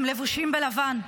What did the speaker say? הם לבושים בלבן.